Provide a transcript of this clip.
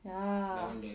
ya